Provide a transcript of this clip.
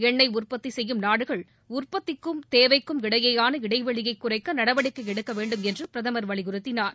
எண்ணெய் உற்பத்தி செய்யும் நாடுகள் உற்பத்திக்கும் தேவைக்கும் இடையேயான இடைவெளியை குறைக்க நடவடிக்கை எடுக்க வேண்டுமென்று பிரதமர் வலியுறுத்தினார்